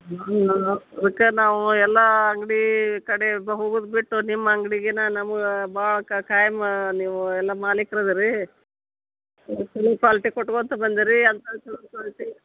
ಅದ್ಕೆ ನಾವು ಎಲ್ಲ ಅಂಗಡಿ ಕಡೆ ಹೋಗೋದ್ ಬಿಟ್ಟು ನಿಮ್ಮ ಅಂಗ್ಡಿಗೆನೇ ನಮಗೆ ಭಾಳ ಖಾಯಂ ನೀವು ಎಲ್ಲ ಮಾಲಿಕ್ರು ಇದೀರ್ ರೀ ಕ್ವಾಲಿಟಿ ಕೊಟ್ಕೊಂತ ಬಂದೀರಿ ಕ್ವಾಲಿಟಿ